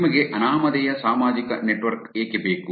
ನಿಮಗೆ ಅನಾಮಧೇಯ ಸಾಮಾಜಿಕ ನೆಟ್ವರ್ಕ್ ಏಕೆ ಬೇಕು